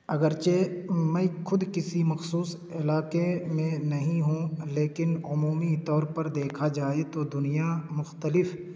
اگرچہ میں خود کسی مخصوص علاقے میں نہیں ہوں لیکن عمومی طور پر دیکھا جائے تو دنیا مختلف